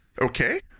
okay